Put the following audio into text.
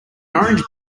orange